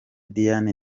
diane